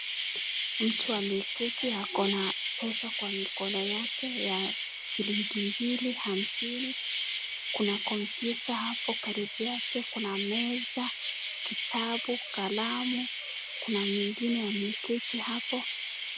Mtu ameketi akona pesa kwa mikono yake ya shillingi mbili hamsini kuna computer hapo karibu yake kuna meza , kitabu , kalamu kuna mwingine ameketi hapo.